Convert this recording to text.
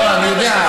לא, אני יודע.